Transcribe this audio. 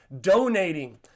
donating